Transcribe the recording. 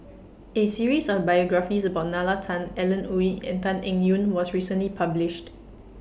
A series of biographies about Nalla Tan Alan Oei and Tan Eng Yoon was recently published